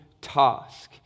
task